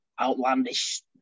outlandish